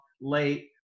late